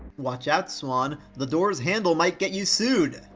watch out, swan. the door's handle might get you sued!